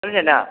समझे न